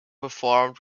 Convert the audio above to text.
performed